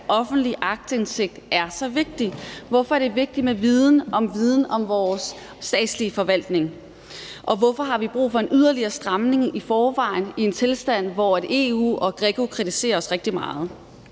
med offentlig forvaltning? Hvorfor er det vigtigt med viden om vores statslige forvaltning? Og hvorfor har vi brug for en yderligere stramning, hvor vi i forvejen har en tilstand, hvor EU og GRECO kritiserer os rigtig meget?